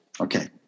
Okay